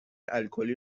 الکلی